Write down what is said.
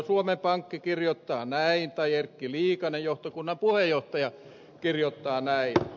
suomen pankki kirjoittaa näin tai erkki liikanen johtokunnan puheenjohtaja kirjoittaa näin